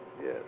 Yes